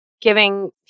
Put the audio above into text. giving